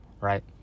right